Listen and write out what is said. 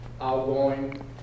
outgoing